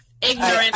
ignorant